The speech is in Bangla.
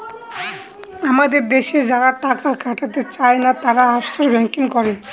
আমাদের দেশে যারা টাকা খাটাতে চাই না, তারা অফশোর ব্যাঙ্কিং করে